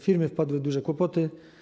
Firmy wpadły w duże kłopoty.